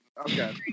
Okay